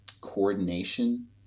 coordination